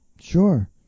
Sure